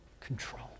control